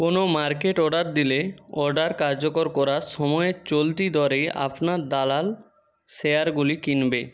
কোনও market order দিলে order কার্যকর করার সময়ের চলতি দরেই আপনার দালাল শেয়ারগুলি কিনবে